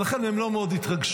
-- ולכן הם לא מאוד התרגשו.